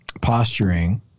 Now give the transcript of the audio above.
posturing